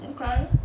okay